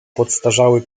podstarzały